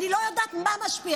אני לא יודעת מה משפיע,